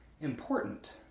important